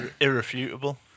irrefutable